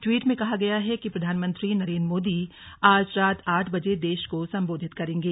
tweet में कहा गया है कि प्रधानमंत्री नरेंद्र मोदी आज रात आठ बजे देश को संबोधित करेंगे